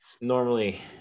normally